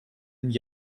and